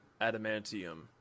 adamantium